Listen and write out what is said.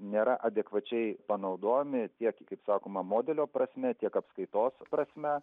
nėra adekvačiai panaudojami tiek kaip sakoma modelio prasme tiek apskaitos prasme